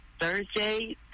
Thursday